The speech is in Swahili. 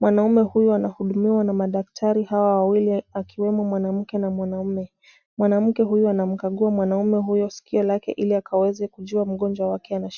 Mwanaume huyu anahudumiwa na madaktari hawa wawili wakiwemo mwanamke na mwanaume. Mwanamke huyu anamkagua mwanaume huyu sikio lake ili akaweze kujua mgonjwa wake ana shida gani.